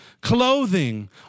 clothing